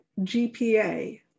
GPA